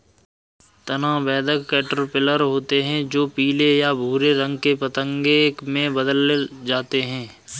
तना बेधक कैटरपिलर होते हैं जो पीले या भूरे रंग के पतंगे में बदल जाते हैं